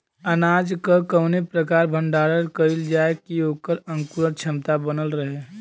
अनाज क कवने प्रकार भण्डारण कइल जाय कि वोकर अंकुरण क्षमता बनल रहे?